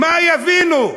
מה יבינו?